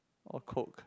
or Coke